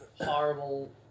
horrible